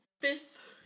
fifth